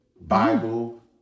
Bible